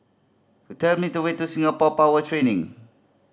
tell me the way to Singapore Power Training